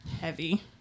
heavy